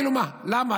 למה?